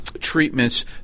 treatments